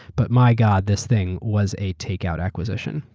but my god, this thing was a takeout acquisition.